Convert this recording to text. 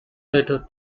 later